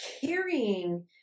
carrying